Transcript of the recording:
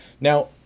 Now